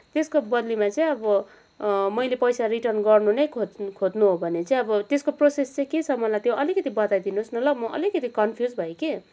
त्यसको बदलीमा चाहिँ अब मैले पैसा रिटर्न गर्न नै खोज्नु खोज्नु हो भने चाहिँ त्यसको प्रोसेस चाहिँ के छ मलाई त्यो अलिकति बताइदिनुहोस् न ल म अलिकति कन्फयुज भएँ कि